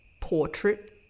portrait